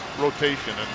rotation